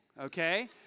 okay